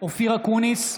אופיר אקוניס,